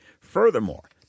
Furthermore